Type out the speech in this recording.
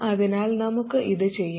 അതിനാൽ നമുക്ക് ഇത് ചെയ്യാം